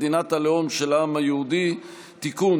מדינת הלאום של העם היהודי (תיקון,